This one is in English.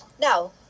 now